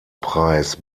preis